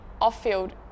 off-field